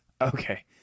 Okay